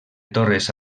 torres